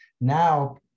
Now